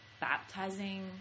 baptizing